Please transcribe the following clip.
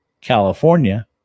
California